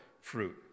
fruit